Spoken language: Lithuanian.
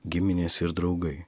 giminės ir draugai